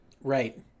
Right